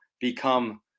become